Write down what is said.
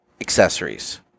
accessories